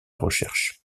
recherche